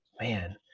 man